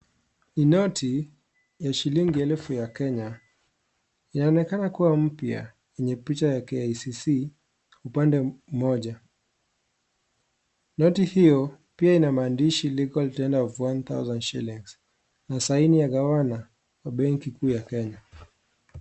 Ni noti ya shilllingi elfu ya Kenya inaonekana kuwa mpya yenye picha ya KICC upande mmoja. Noti hiyo pia ina maandishi legal tender of one thousand shillings na sahini ya gavana wa benki kuu ya Kenya.